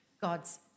God's